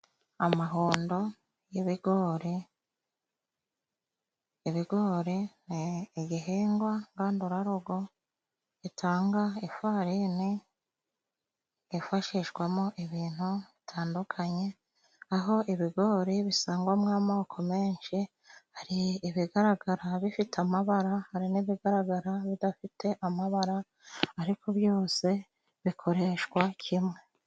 Amahundo y'ibigori. Ibigori ni igihingwa ngandurarugo gitanga ifarine hifashishwamo ibintu bitandukanye aho ibigori bisangwamo amoko menshi. Hari ibigaragaraba bifite amabara, hari n'ibigaragara bidafite amabara ariko byose bikoreshwa kimwe.